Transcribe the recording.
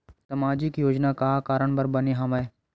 सामाजिक योजना का कारण बर बने हवे?